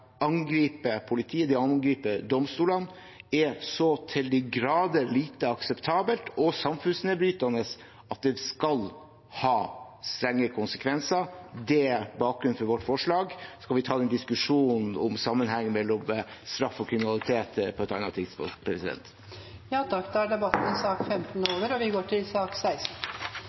angripe domstolene er så til de grader lite akseptabelt og så samfunnsnedbrytende at det skal få strenge konsekvenser. Det er bakgrunnen for vårt forslag, og vi tar en diskusjon om sammenheng mellom straff og kriminalitet på et annet tidspunkt. Flere har ikke bedt om ordet til sak nr. 15. Etter ønske fra familie- og kulturkomiteen vil presidenten ordne debatten slik: 3 minutter til